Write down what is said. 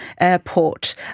Airport